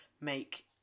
make